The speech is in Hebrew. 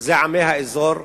זה עמי האזור.